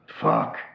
Fuck